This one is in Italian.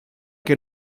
che